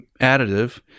additive